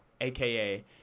aka